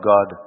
God